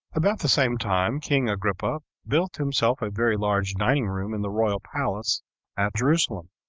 about the same time king agrippa built himself a very large dining room in the royal palace at jerusalem,